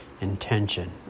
intention